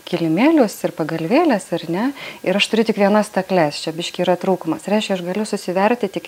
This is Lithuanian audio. kilimėlius ir pagalvėles ar ne ir aš turiu tik vienas stakles čia biškį yra trūkumas tai reiškia aš galiu susiverti tik